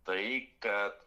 tai kad